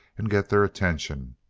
and get their attention.